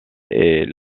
est